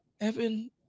Evan